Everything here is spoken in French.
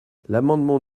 l’amendement